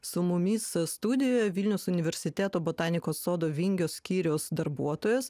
su mumis studijoje vilniaus universiteto botanikos sodo vingio skyriaus darbuotojos